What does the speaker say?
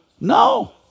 No